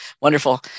wonderful